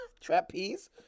Trapeze